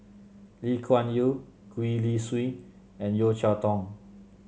Lee Kuan Yew Gwee Li Sui and Yeo Cheow Tong